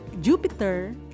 Jupiter